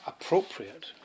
appropriate